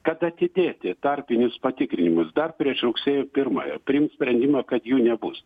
kad atidėti tarpinius patikrinimus dar prieš rugsėjo pirmąją priimt sprendimą kad jų nebus